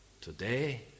today